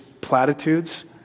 platitudes